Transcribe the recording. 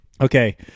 Okay